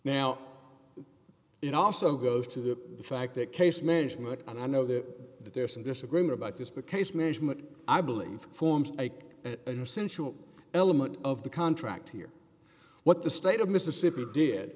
now it also goes to the fact that case management and i know that there is some disagreement about this book case management i believe forms an essential element of the contract here what the state of mississippi did